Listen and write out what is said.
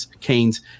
canes